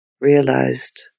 realized